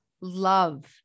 love